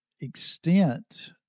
extent